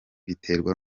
biterwa